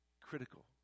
critical